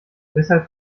deshalb